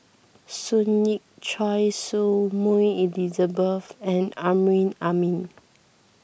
Sun Yee Choy Su Moi Elizabeth and Amrin Amin